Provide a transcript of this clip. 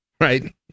Right